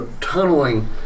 tunneling